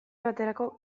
baterako